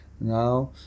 Now